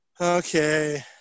okay